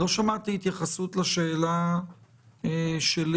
לא שמעתי התייחסות לשאלה שלי: